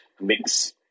mix